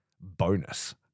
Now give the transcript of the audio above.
bonus